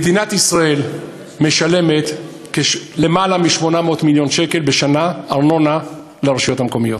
מדינת ישראל משלמת יותר מ-800 מיליון שקל בשנה ארנונה לרשויות המקומיות,